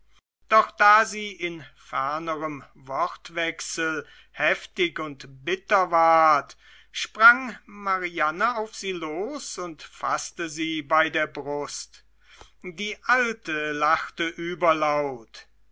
doch da sie in fernerem wortwechsel heftig und bitter ward sprang mariane auf sie los und faßte sie bei der brust die alte lachte überlaut